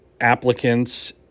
applicants